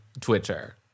Twitter